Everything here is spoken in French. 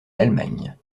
l’allemagne